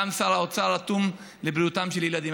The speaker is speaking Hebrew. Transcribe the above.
גם שר האוצר אטום לבריאותם של ילדים.